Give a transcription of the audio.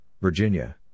Virginia